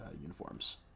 uniforms